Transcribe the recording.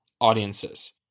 audiences